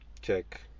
Check